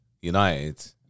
United